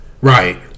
Right